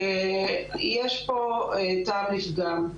יש פה טעם לפגם.